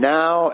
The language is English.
now